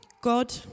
God